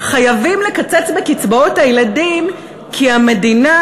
חייבים לקצץ בקצבאות הילדים כי המדינה